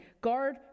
guard